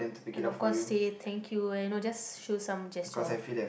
and of course say thank you and you know just show some gesture of